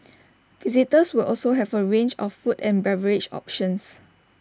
visitors will also have A range of food and beverage options